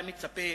אתה מצפה